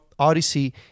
Odyssey